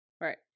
right